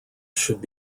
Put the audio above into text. should